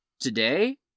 today